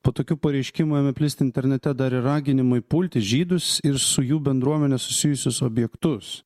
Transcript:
po tokių pareiškimų ėmė plisti internete dar ir raginimai pulti žydus ir su jų bendruomene susijusius objektus